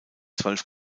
zwölf